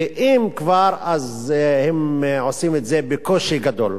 ואם כבר, אז הם עושים את זה בקושי גדול.